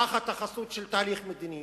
תחת החסות של תהליך מדיני